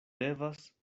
devas